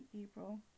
April